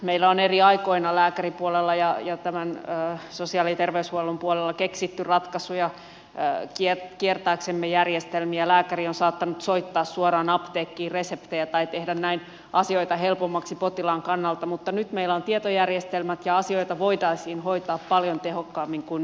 meillä on eri aikoina lääkäripuolella ja tämän sosiaali ja terveyshuollon puolella keksitty ratkaisuja kiertääksemme järjestelmiä lääkäri on saattanut soittaa suoraan apteekkiin reseptejä tai tehdä näin asioita helpommaksi potilaan kannalta mutta nyt meillä on tietojärjestelmät ja asioita voitaisiin hoitaa paljon tehokkaammin kuin nykyään